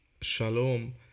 shalom